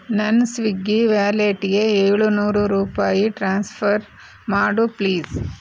ನನ್ನ ಸ್ವಿಗ್ಗಿ ವ್ಯಾಲೆಟ್ಗೆ ಏಳುನೂರು ರೂಪಾಯಿ ಟ್ರಾನ್ಸ್ಪರ್ ಮಾಡು ಪ್ಲೀಸ್